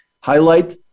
highlight